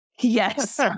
Yes